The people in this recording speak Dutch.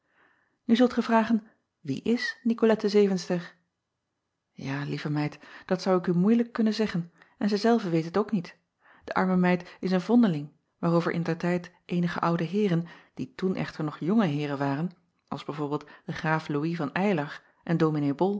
u zult gij vragen wie is icolette evenster a lieve meid dat zou ik u moeilijk kunnen zeggen en zij zelve weet het ook niet de arme meid is een vondeling waarover indertijd eenige oude eeren die toen echter nog jonge eeren waren als b v de raaf ouis van ylar en ominee